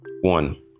one